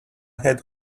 had